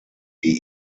die